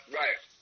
right